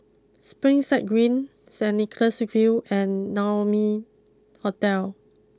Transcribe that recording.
Springside Green Saint Nicholas view and Naumi Hotel